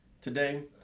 today